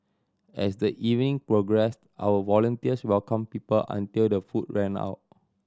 as the evening progressed our volunteers welcomed people until the food ran out